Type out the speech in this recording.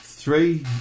Three